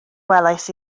welais